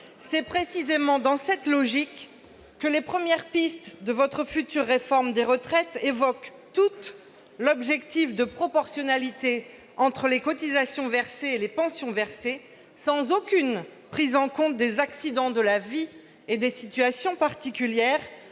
C'est précisément dans cette logique que les premières pistes de votre future réforme des retraites évoquent toutes l'objectif de proportionnalité entre les cotisations versées et les pensions versées, sans aucune prise en compte des accidents de la vie et des situations particulières